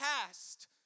past